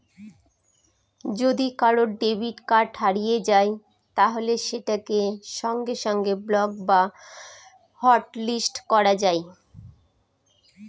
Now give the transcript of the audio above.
যদি কারুর debit card হারিয়ে যায় তাহলে সেটাকে সঙ্গে সঙ্গে ব্লক বা হটলিস্ট করা যায়